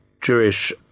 Jewish